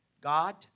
God